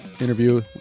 interview